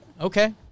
Okay